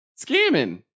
scamming